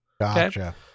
Gotcha